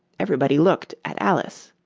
everybody looked at alice.